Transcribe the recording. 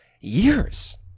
years